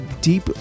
deep